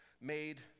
made